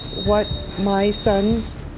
what my son's.